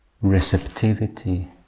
receptivity